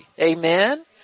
Amen